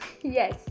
yes